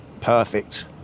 perfect